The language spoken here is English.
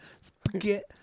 Spaghetti